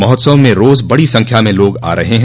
महोत्सव में रोज बड़ी संख्या में लोग आ रहे है